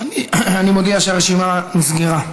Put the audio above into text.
אני מודיע שהרשימה נסגרה.